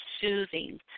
soothing